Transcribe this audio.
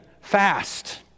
fast